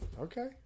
Okay